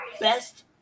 best